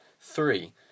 Three